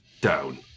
down